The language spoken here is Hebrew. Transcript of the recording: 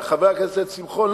חבר הכנסת שמחון,